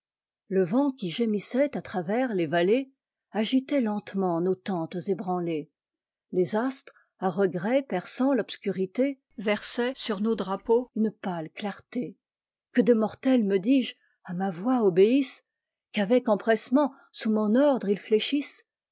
le vent qui gémissait à travers les vallées agitait lentement nos tentes ëbramées les astres à regret perçant l'obscurité versaient sur nos drapeaux une pâle clarté que de mortels me dis-je à ma voix obéissent qu'avec empressement sous mon ordre